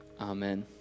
Amen